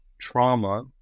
trauma